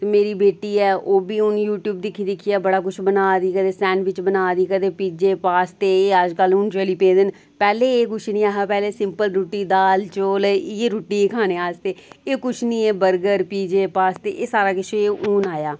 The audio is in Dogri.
मेरी बेटी ऐ ओह् बी हून यूट्यूब दिक्खियै दिक्खियै बड़ा कुछ बना दी कंदे सेंडबिच बना दी कदें पिज़्जे पास्ते एह् अजकल हून चली पेदे न पैहले एह् कुछ नेईं हा पैह्ले सिपंल रुट्टी दाल चौल इयेै रुट्टी ही खाने आस्तै एह् कुछ नेई हा बर्गर पिज़्जे पास्ते एह् सारा किश हून आया